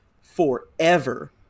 forever